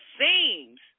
seems